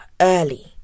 early